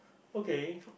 okay